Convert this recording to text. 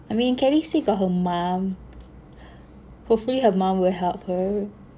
I mean Kelly still got her mum hopefully her mum will help her